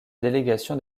délégation